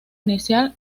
inicial